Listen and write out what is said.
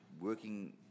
working